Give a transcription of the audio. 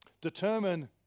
determine